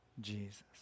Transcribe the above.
Jesus